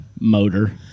motor